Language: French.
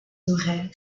horaires